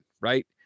right